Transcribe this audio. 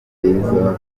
beza